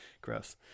Gross